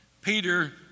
Peter